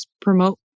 promote